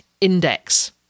index